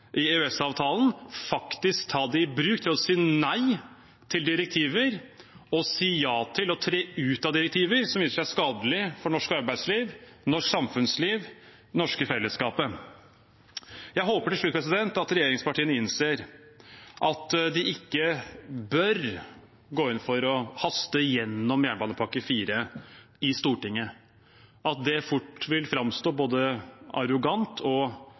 i EØS-avtalen – faktisk ta det i bruk til å si nei til direktiver og si ja til å tre ut av direktiver som viser seg skadelige for norsk arbeidsliv, norsk samfunnsliv og det norske fellesskapet. Jeg håper til slutt at regjeringspartiene innser at de ikke bør gå inn for å haste gjennom jernbanepakke IV i Stortinget, at det fort vil framstå både arrogant og